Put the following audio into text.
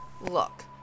Look